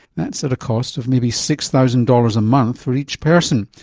that's at a cost of maybe six thousand dollars a month for each person.